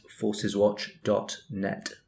forceswatch.net